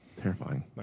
terrifying